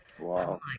Wow